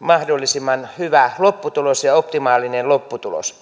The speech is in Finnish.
mahdollisimman hyvä ja optimaalinen lopputulos